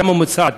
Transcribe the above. דירה ממוצעת,